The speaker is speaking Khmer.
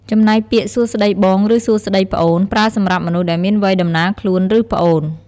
ចំណែកពាក្យ សួស្តីបង ឬសួស្តីប្អូន ប្រើសម្រាប់មនុស្សដែលមានវ័យដំណាលខ្លួន ឬប្អូន។